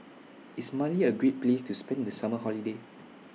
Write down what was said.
IS Mali A Great Place to spend The Summer Holiday